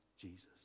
Jesus